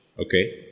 Okay